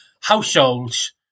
households